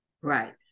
Right